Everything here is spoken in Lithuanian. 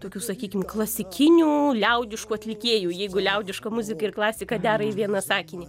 tokių sakykim klasikinių liaudiškų atlikėjų jeigu liaudiška muzika ir klasika dera į vieną sakinį